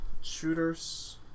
shooters